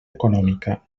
econòmica